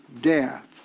death